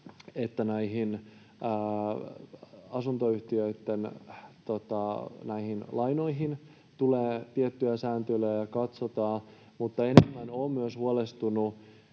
asuntoyhtiöitten lainoihin tulee tiettyä sääntelyä ja niitä katsotaan, mutta enemmän olen huolestunut,